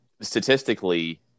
statistically